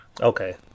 Okay